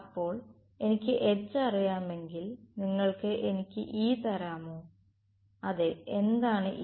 അപ്പോൾ എനിക്ക് H അറിയാമെങ്കിൽ നിങ്ങൾക്ക് എനിക്ക് E തരാമോ അതെ എന്താണ് E